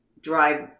Drive